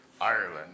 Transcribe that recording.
Ireland